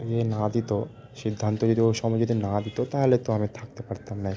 যদি না দিত সিদ্ধান্ত যদি ওর সময় যদি না দিত তাহলে তো আমি থাকতে পারতাম নাই